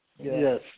Yes